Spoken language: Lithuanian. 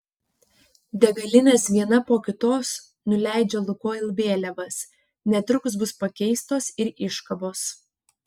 degalinės viena po kitos nuleidžia lukoil vėliavas netrukus bus pakeistos ir iškabos